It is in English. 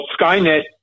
Skynet